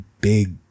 big